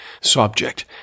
subject